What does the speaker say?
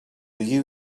you